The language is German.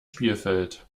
spielfeld